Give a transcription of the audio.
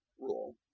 rule